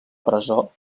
presó